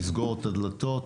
נסגור את הדלתות,